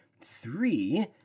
three